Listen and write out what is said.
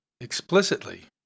explicitly